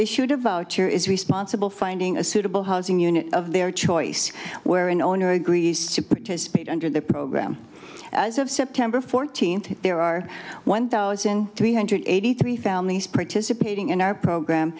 issued a voucher is responsible finding a suitable housing unit of their choice where an owner agrees to participate under the program as of september fourteenth there are one thousand three hundred eighty three families participating in our program